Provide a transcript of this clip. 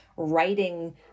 writing